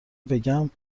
بگم